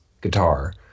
guitar